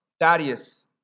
Thaddeus